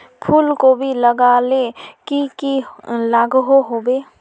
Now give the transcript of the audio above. फूलकोबी लगाले की की लागोहो होबे?